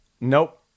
Nope